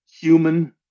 human